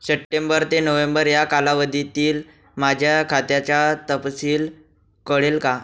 September ते November या कालावधीतील माझ्या खात्याचा तपशील कळेल का?